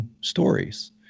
stories